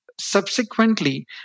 subsequently